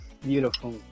beautiful